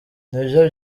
nibyo